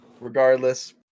regardless